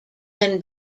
can